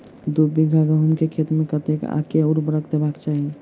दु बीघा गहूम केँ खेत मे कतेक आ केँ उर्वरक देबाक चाहि?